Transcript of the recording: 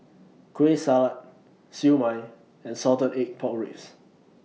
Kueh Salat Siew Mai and Salted Egg Pork Ribs